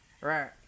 Right